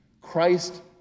Christ